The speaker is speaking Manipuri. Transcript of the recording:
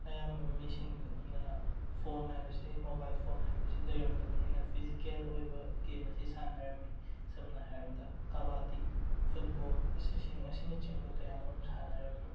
ꯑꯌꯥꯝꯕ ꯃꯤꯁꯤꯡꯅ ꯐꯣꯟ ꯍꯥꯏꯕꯁꯤ ꯃꯣꯕꯥꯏꯜ ꯐꯣꯟ ꯍꯥꯏꯕꯁꯤ ꯂꯩꯔꯝꯗꯕꯅꯤꯅ ꯐꯤꯖꯤꯀꯦꯜ ꯑꯣꯏꯕ ꯒꯦꯝ ꯑꯁꯤ ꯁꯥꯟꯅꯔꯝꯃꯤ ꯁꯝꯅ ꯍꯥꯏꯔꯕꯗ ꯀꯕꯥꯗꯤ ꯐꯨꯠꯕꯣꯜ ꯑꯁꯤꯁꯤꯡ ꯑꯁꯤꯅꯆꯤꯡꯕ ꯀꯌꯥꯃꯔꯨꯝ ꯁꯥꯟꯅꯔꯝꯃꯤ